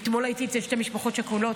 אתמול הייתי אצל שתי משפחות שכולות,